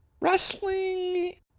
Wrestling